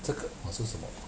这个我是什么